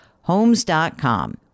Homes.com